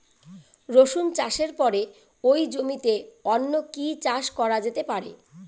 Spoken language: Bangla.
রসুন চাষের পরে ওই জমিতে অন্য কি চাষ করা যেতে পারে?